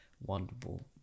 wonderful